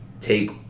take